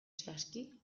zehazki